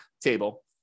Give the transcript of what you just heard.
table